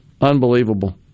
unbelievable